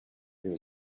there